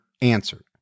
answered